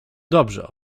dobrze